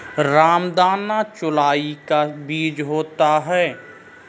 रामदाना चौलाई का बीज होता है